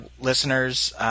listeners –